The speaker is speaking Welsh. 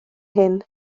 hyn